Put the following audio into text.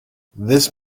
this